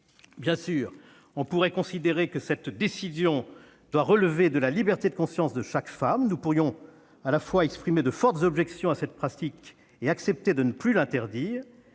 Bien sûr, on pourrait considérer que cette décision doit relever de la liberté de conscience de chaque femme. Nous pourrions à la fois exprimer de fortes objections à cette pratique et accepter de ne plus l'interdire.